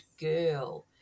girl